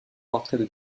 portraits